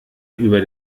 über